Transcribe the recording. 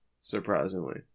surprisingly